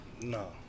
No